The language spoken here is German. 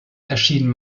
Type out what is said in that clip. erschienen